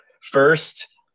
First